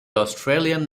australian